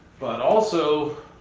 but also,